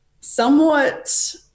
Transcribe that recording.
somewhat